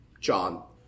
John